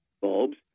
bulbs